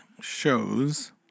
shows